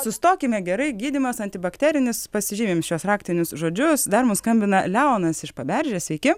sustokime gerai gydymas antibakterinis pasižymim šiuos raktinius žodžius dar mums skambina leonas iš paberžės sveiki